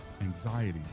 anxiety